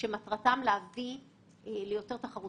אנחנו מטפלים ברפורמות שנובעות